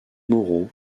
mauro